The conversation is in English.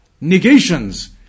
negations